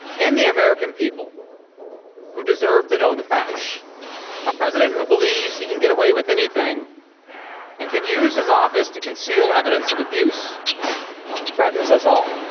and the american people who deserve to know the facts a president who believes he can get away with anything and can use his office to conceal evidence of abuse threatens us all